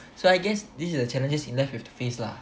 so I guess this is the challenges in life you have to face lah